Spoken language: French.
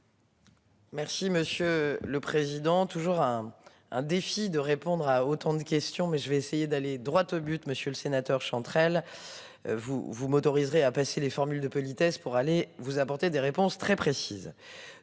Merci Monsieur le Président toujours hein. Un défi de répondre à autant de questions mais je vais essayer d'aller droit au but. Monsieur le sénateur Chantrel. Vous vous m'autoriserez à passer les formules de politesse pour aller vous apporter des réponses très précises.